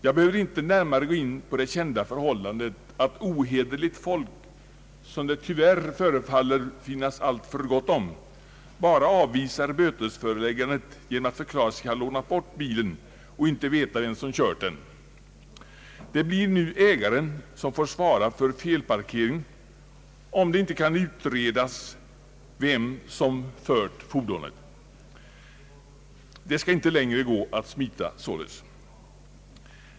Jag behöver inte närmare gå in på det kända förhållandet att ohederligt folk, som det tyvärr förefaller vara alltför gott om, bara avvisar bötesföreläggandet genom att förklara sig ha lånat bort bilen och inte veta vem som kört den. Med den nu föreslagna förordningen blir det ägaren som får svara för felparkeringen om det inte kan utredas vem som fört fordonet. Det skall således inte längre gå att smita.